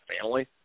family